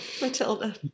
Matilda